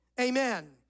Amen